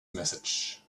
message